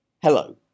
hello